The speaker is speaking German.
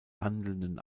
handelnden